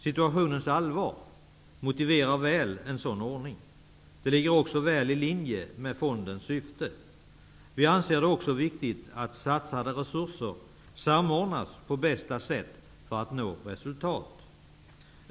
Situationens allvar motiverar väl en sådan ordning. Det ligger också i linje med fondens syfte. Vi anser det också viktigt att satsade resurser samordnas på bästa sätt för att man skall nå resultat.